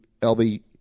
lb